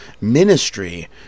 Ministry